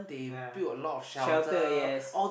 yeah shelter yes